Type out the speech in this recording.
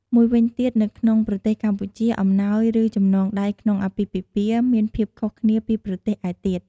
មួយវិញទៀត នៅក្នុងប្រទេសកម្ពុជា អំណោយ ឬ ចំណងដៃក្នុងអាពាហ៍ពិពាហ៍មានភាពខុសគ្នាពីប្រទេសឯទៀត។